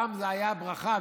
פעם זה היה ברכה.